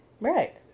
Right